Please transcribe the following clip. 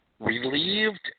Relieved